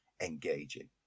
engaging